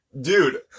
Dude